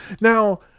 Now